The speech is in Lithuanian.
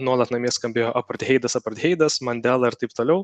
nuolat namie skambėjo apartheidas apartheidas mandela ir taip toliau